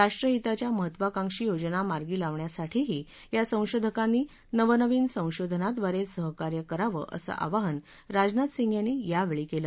राष्ट्रहिताच्या महत्त्वाकांक्षी योजना मार्गी लावण्यासाठीही या संशोधकांनी नवनवीन संशोधनाद्वारे सहकार्य करावं असं आवाहन राजनाथ सिंह यांनी यावेळी केलं